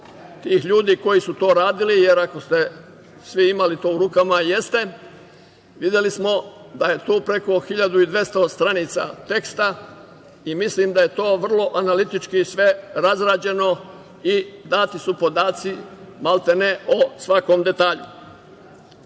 tih ljudi koji su to radili, jer ako ste svi imali to u rukama, a jeste, videli smo da je tu preko 1.200 stranica teksta i mislim da je to vrlo analitički sve razrađeno i dati su podaci, maltene, o svakom detalju. Prema